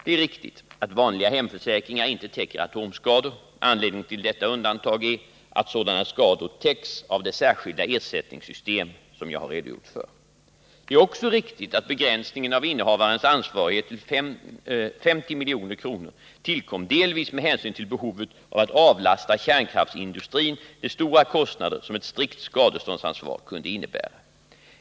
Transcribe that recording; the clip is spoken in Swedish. Det är riktigt att vanliga hemförsäkringar inte täcker atomskador. Anledningen till detta undantag är att sådana skador täcks av det särskilda ersättningssystem som jag har redogjort för. Det är också riktigt att begränsningen av innehavarens ansvarighet till 50 milj.kr. tillkom delvis med hänsyn till behovet av att avlasta kärnkraftsindustrin de stora kostnader som ett strikt skadeståndsansvar kunde innebära.